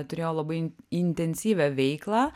turėjau labai in intensyvią veiklą